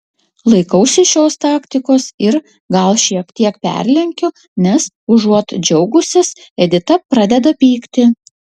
laikausi šios taktikos ir gal šiek tiek perlenkiu nes užuot džiaugusis edita pradeda pykti